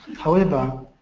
however,